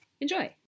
Enjoy